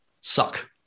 suck